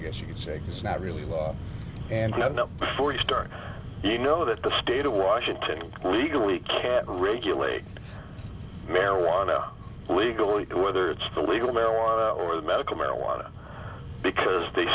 guess you could say it's not really and yet now before you start you know that the state of washington legally can't regulate marijuana legally whether it's the legal marijuana or the medical marijuana because they